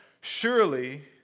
surely